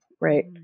right